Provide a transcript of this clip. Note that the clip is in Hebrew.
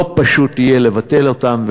לא פשוט יהיה לבטל אותם,